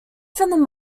from